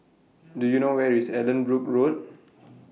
Do YOU know Where IS Allanbrooke Road